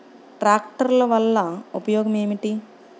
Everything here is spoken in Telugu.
ట్రాక్టర్ల వల్ల ఉపయోగం ఏమిటీ?